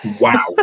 Wow